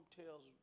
tells